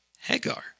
Hagar